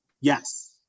Yes